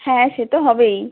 হ্যাঁ সে তো হবেই